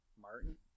Martin